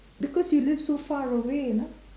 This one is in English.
because you live so far away you know